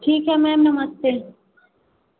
ठीक है मैम नमस्ते